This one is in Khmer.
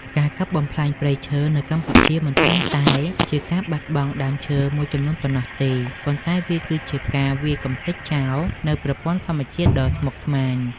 ការកាប់បំផ្លាញព្រៃឈើនៅកម្ពុជាមិនត្រឹមតែជាការបាត់បង់ដើមឈើមួយចំនួនប៉ុណ្ណោះទេ ប៉ុន្តែវាគឺជាការវាយកម្ទេចចោលនូវប្រព័ន្ធធម្មជាតិដ៏ស្មុគស្មាញ។